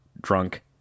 Drunk